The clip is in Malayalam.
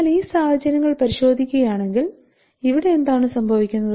എന്നാൽ ഈ സാഹചര്യങ്ങൾ പരിശോധിക്കുകയാണെങ്കിൽ ഇവിടെ എന്താണ് സംഭവിക്കുന്നത്